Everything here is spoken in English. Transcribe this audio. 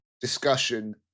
discussion